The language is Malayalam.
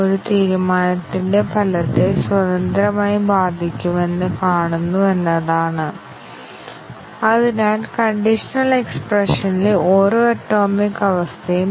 മൾട്ടിപ്പിൾ കണ്ടീഷൻ ടെസ്റ്റിംഗ് പോലെ നിങ്ങൾക്ക് ഇപ്പോഴും ഫലപ്രദമായ ടെസ്റ്റ് കെയ്സുകളില്ലാത്തതിനാൽ ഞങ്ങൾക്ക് MCDC ടെസ്റ്റ് ഒന്നിലധികം കണ്ടീഷൻ തീരുമാന കവറേജ് ടെസ്റ്റിംഗ് നടത്താം അവസ്ഥ കവറേജ്